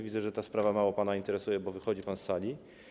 Widzę, że ta sprawa mało pana interesuje, bo wychodzi pan z sali.